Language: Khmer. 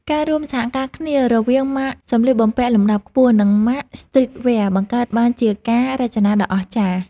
ការរួមសហការគ្នារវាងម៉ាកសម្លៀកបំពាក់លំដាប់ខ្ពស់ និងម៉ាកស្ទ្រីតវែរបង្កើតបានជាការរចនាដ៏អស្ចារ្យ។